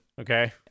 Okay